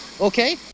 okay